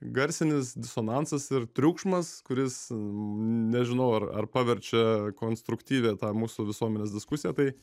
garsinis disonansas ir triukšmas kuris nežinau ar ar paverčia konstruktyvią tą mūsų visuomenės diskusiją tai